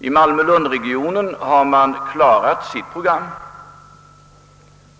I Malmö—Lund-regionen har man klarat programmet,